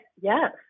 yes